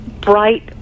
bright